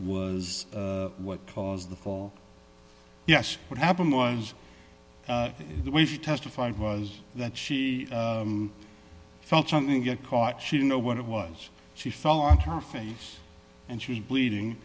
was what caused the fall yes what happened was the way she testified was that she felt something get caught she didn't know what it was she fell on her face and she was bleeding